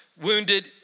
wounded